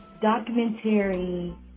documentary